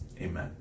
amen